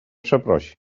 przeprosi